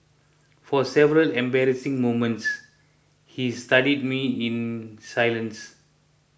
for several embarrassing moments he studied me in silence